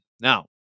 now